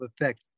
effect